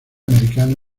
americano